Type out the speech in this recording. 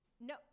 no